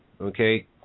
Okay